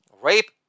rape